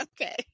okay